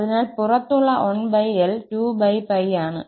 അതിനാൽ പുറത്തുള്ള 1l 2𝜋ആണ്